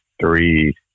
three